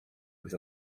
with